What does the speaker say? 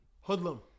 Hoodlum